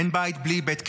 אין בית בלי בית כיסא.